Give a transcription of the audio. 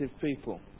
people